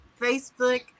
Facebook